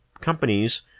companies